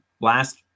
last